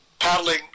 paddling